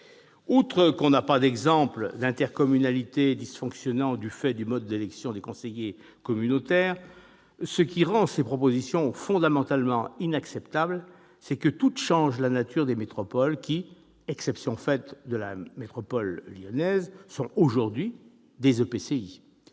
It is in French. Outre que l'on ne connaît pas d'exemple d'intercommunalités dysfonctionnant du fait du mode d'élection des conseillers communautaires, ce qui rend ces propositions fondamentalement inacceptables, c'est que toutes changent la nature des métropoles qui, exception faite de la métropole lyonnaise, sont aujourd'hui des EPCI,